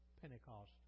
Pentecost